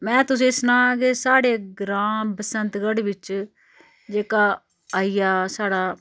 मैं तुसेंगी सना साढ़े ग्रांऽ बसंतगढ़ बिच्च जेह्का आई गेआ साढ़ा